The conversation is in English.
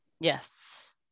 Yes